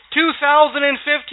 2015